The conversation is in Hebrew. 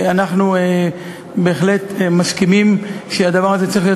אנחנו בהחלט מסכימים שהדבר הזה צריך להיות